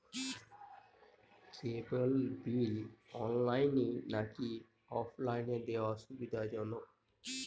কেবল bill অনলাইনে নাকি অফলাইনে দেওয়া সুবিধাজনক?